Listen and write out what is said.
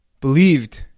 believed